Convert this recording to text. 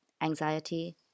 anxiety